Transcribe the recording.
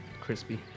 Crispy